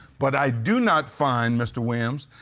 but, i do not find, mr. williams,